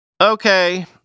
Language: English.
Okay